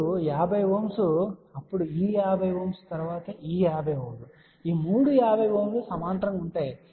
అప్పుడు 50 Ω అప్పుడు ఈ 50 Ω తరువాత ఈ 50 Ω ఈ మూడు 50 Ω లు సమాంతరంగా ఉంటాయి